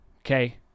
okay